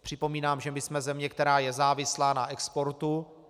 Připomínám, že jsme země, která je závislá na exportu.